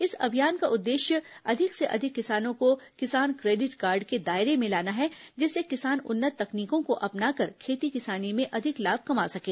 इस अभियान अधिक से अधिक किसानों को किसान क्रेडिट कार्ड के दायरे में लाना है जिससे किसान उन्नत का उद्देश्य तकनीकों को अपनाकर खेती किसानी में अधिक लाभ कमा सकें